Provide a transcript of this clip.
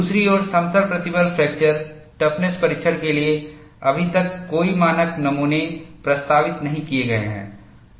दूसरी ओर समतल प्रतिबल फ्रैक्चर टफनेस परीक्षण के लिए अभी तक कोई मानक नमूने प्रस्तावित नहीं किए गए हैं